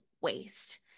waste